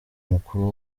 mukuru